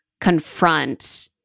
confront